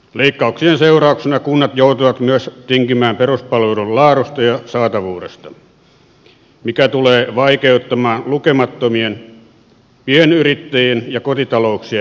leikkauksien seurauksena kunnat joutuvat myös tinkimään peruspalveluiden laadusta ja saatavuudesta mikä tulee vaikeuttamaan lukemattomien pienyrittäjien ja kotitalouksien arkea